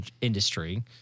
industry